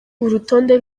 urutonde